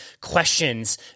questions